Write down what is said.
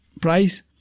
price